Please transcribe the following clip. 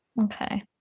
Okay